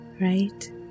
right